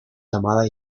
llamada